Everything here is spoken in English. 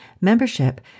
membership